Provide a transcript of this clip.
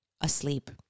asleep